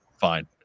fine